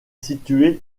située